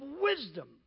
wisdom